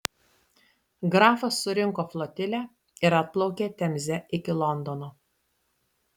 grafas surinko flotilę ir atplaukė temze iki londono